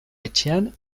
etxean